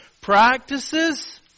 practices